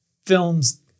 films